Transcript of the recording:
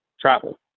travel